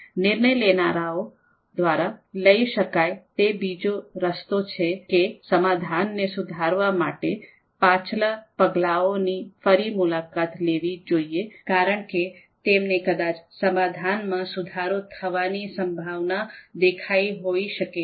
નિર્ણય લેનારાઓ દ્વારા લઈ શકાય તે બીજો રસ્તો એ છે કે સમાધાનને સુધારવા માટે પાછલા પગલાઓની ફરી મુલાકાત લેવી જોઈએ કારણ કે તેમણે કદાચ સમાધાનમાં સુધારો થવાની સંભાવના દેખાઈ હોય શકે છે